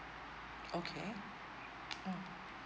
okay um